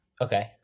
Okay